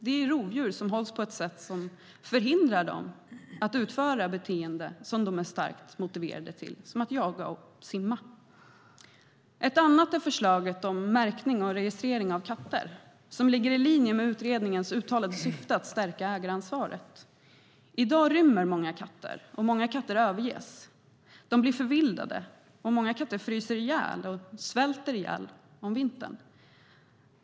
Det är rovdjur som hålls på ett sätt som förhindrar dem att utföra beteenden som de är starkt motiverade till, som att jaga och simma. Ett annat exempel är förslaget om märkning och registrering av katter. Det ligger i linje med utredningens uttalade syfte att stärka ägaransvaret. I dag rymmer många katter, och många katter överges. De blir förvildade. Många katter fryser ihjäl och svälter ihjäl om vintern.